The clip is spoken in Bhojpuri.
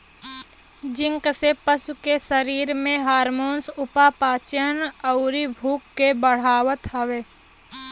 जिंक से पशु के शरीर में हार्मोन, उपापचयन, अउरी भूख के बढ़ावत हवे